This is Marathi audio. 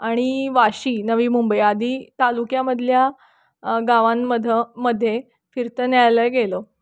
आणि वाशी नवी मुंबई आदी तालुक्यामधल्या गावांमधं मध्ये फिरतं न्यायालय गेलं